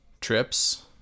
trips